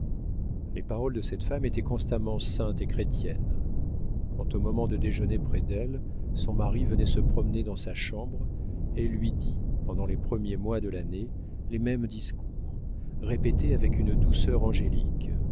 les paroles de cette femme étaient constamment saintes et chrétiennes quand au moment de déjeuner près d'elle son mari venait se promener dans sa chambre elle lui dit pendant les premiers mois de l'année les mêmes discours répétés avec une douceur angélique